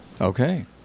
Okay